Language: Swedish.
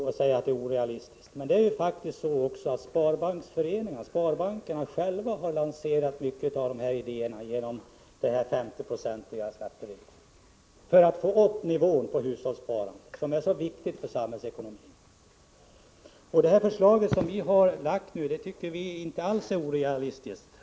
Han säger att det är orealistiskt — men sparbankerna har själva lanserat mycket av dessa idéer om en 50-procentig skattereduktion för att få upp nivån på hushållssparandet, som är synnerligen viktigt för samhällsekonomin. Vi tycker att vårt förslag inte alls är orealistiskt.